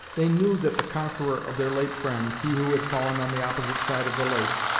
they knew that the conqueror of their late friend, he who had fallen on the opposite side of the lake,